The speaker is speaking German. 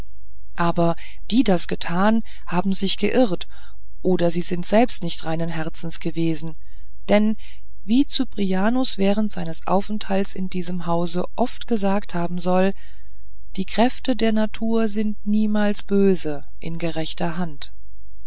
aber die das getan haben sich geirrt oder sie sind selbst nicht reinen herzens gewesen denn wie cyprianus während seines aufenthalts in diesem hause oft gesagt haben soll die kräfte der natur sind niemals böse in gerechter hand